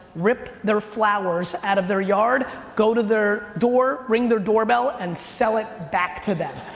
rip their flowers out of their yard, go to their door, ring their doorbell, and sell it back to them.